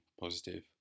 positive